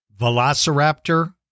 Velociraptor